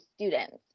students